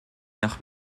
nach